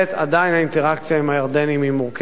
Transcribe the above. עדיין האינטראקציה עם הירדנים היא מורכבת ומסובכת.